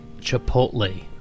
Chipotle